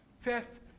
Test